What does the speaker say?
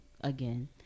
again